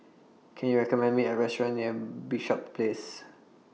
Can YOU recommend Me A Restaurant near Bishops Place